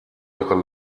ihre